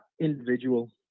individual